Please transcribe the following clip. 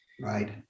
right